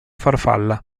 farfalla